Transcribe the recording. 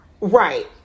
right